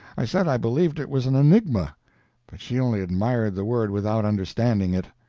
i said i believed it was an enigma but she only admired the word without understanding it.